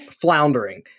floundering